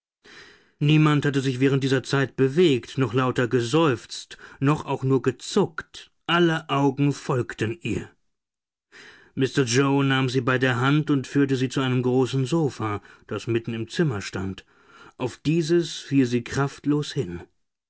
niemand hatte sich während dieser zeit bewegt noch lauter geseufzt noch auch nur gezuckt alle augen folgten ihr mr yoe nahm sie bei der hand und führte sie zu einem großen sofa das mitten im zimmer stand auf dieses fiel sie kraftlos hin